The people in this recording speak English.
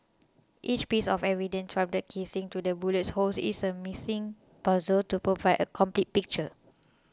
each piece of evidence from the casings to the bullet holes is a missing puzzle to provide a complete picture